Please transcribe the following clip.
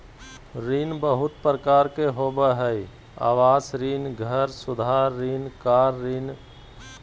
ऋण बहुत प्रकार के होबा हइ आवास ऋण, घर सुधार ऋण, कार ऋण